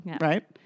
Right